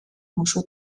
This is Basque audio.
musu